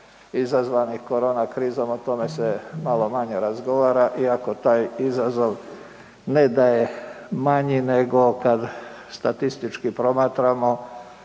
izazvanih korona krizom, o tome se malo manje razgovara iako taj izazov ne daje manji nego kad statistički promatramo